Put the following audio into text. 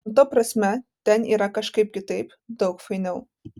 nu ta prasme ten yra kažkaip kitaip daug fainiau